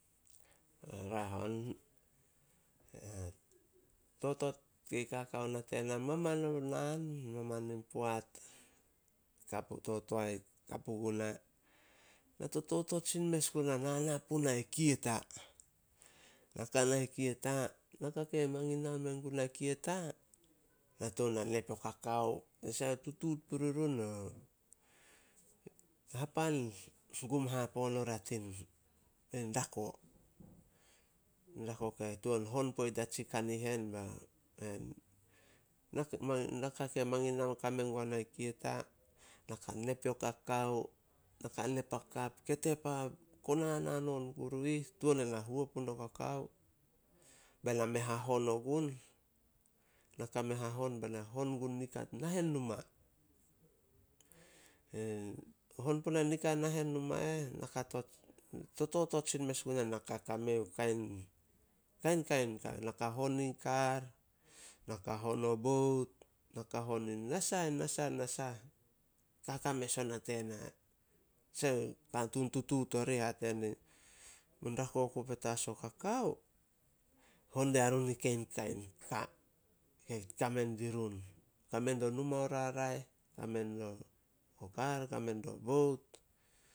Totot ke kaka ona tena maman o naan, maman in poat ka puguna, na totot sin mes gua na na puna Kieta. Naka ke mangin e na me guna Kieta, na tou na nep o kakao. Tanasah, tutuut puri run, hapan e gum hapoon oria tin- in rako. Rako ke tuan hon poit dia tsi kanihen bao hen. Naka ke mangin na ka mengua na i Kieta, na ka nep o kakao, na ka nep hakap ketep hakonan hanon kuru ih, tuan e na huo puno kakao. Be na m hahon ogun, na ka me hahon be na hon gun nika nahen numa. Hon puna nika nahen numa eh. Tototot mes sin guna na ka kame kain- kainkain ka, na ka hon in kar, na ka hon o bout, na ka hon in nasa-nasa-nasah, kaka mes ona tena. Katun tutuut orih hate die, mun rako oku petas o kakao, hon dia run ni kainkain ka, kei kame dirun, kame dio numa o raraeh, kame dio kar, kame dio bout